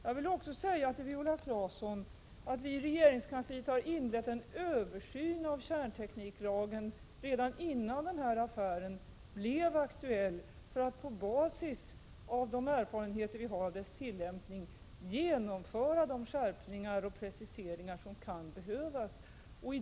Jag vill också säga till Viola Claesson att vi i regeringskansliet hade inlett en översyn av kärntekniklagen redan innan den här affären blev aktuell för att på basis av de erfarenheter vi har av lagens tillämpning genomföra de skärpningar och preciseringar som kan behövas.